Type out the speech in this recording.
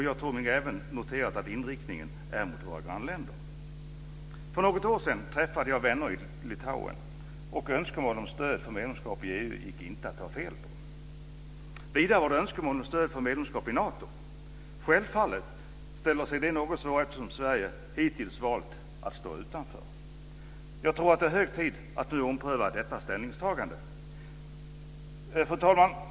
Jag tror mig även ha noterat att inriktningen är mot våra grannländer. För något år sedan träffade jag vänner i Litauen, och önskemålen om stöd för medlemskap i EU gick inte att ta fel på. Vidare var det önskemål om stöd för ett medlemskap i Nato. Självfallet ställer det sig något svårare, eftersom Sverige hittills har valt att stå utanför. Jag tror att det är hög tid att ompröva detta ställningstagande. Fru talman!